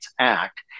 Act